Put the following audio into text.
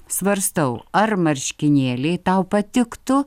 svarstau ar marškinėliai tau patiktų